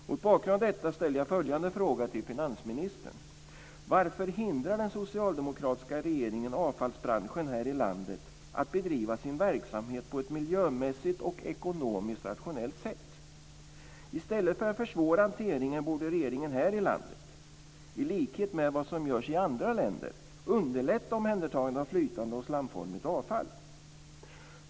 Mot bakgrund av detta ställer jag följande fråga till finansministern: Varför hindrar den socialdemokratiska regeringen avfallsbranschen här i landet att bedriva sin verksamhet på ett miljömässigt och ekonomiskt rationellt sätt? I stället för att försvåra hanteringen borde regeringen här i landet - i likhet med vad som görs i andra länder - underlätta omhändertagandet av flytande slamformigt avfall.